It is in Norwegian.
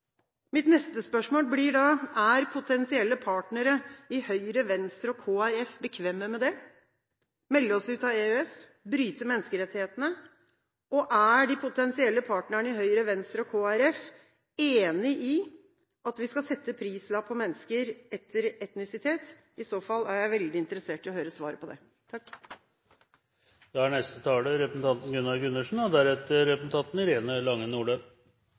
Mitt neste spørsmål blir da: Er potensielle partnere i Høyre, Venstre og Kristelig Folkeparti bekvemme med det? Å melde oss ut av EØS? Å bryte menneskerettighetene? Og er de potensielle partnerne i Høyre, Venstre og Kristelig Folkeparti enig i at vi skal sette prislapp på mennesker etter etnisitet? I så fall er jeg veldig interessert i å høre svaret på det. Jeg vurderte et treminuttersinnlegg under Helga Pedersens innlegg, og så bestemte jeg meg under representanten